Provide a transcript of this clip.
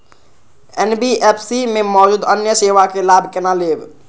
NBFC में मौजूद अन्य सेवा के लाभ केना लैब?